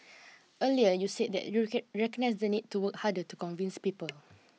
earlier you said that you recognise the need to work harder to convince people